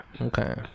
Okay